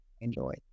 enjoy